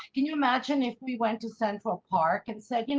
can you imagine if we went to central park and said, you know